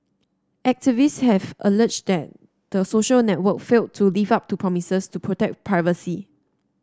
activists have alleged that the social network failed to live up to promises to protect privacy